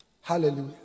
Hallelujah